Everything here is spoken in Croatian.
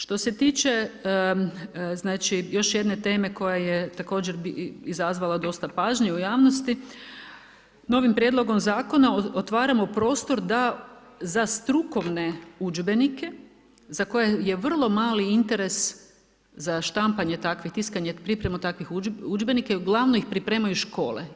Što se tiče još jedne teme koja je također izazvala dosta pažnje u javnosti, novim prijedlogom zakona, otvaramo prostor da za strukovne udžbenike, za koje je vrlo mali interes za štampanje takvih, tiskanje, pripremu takvih udžbenika, ugl. ih pripremaju škole.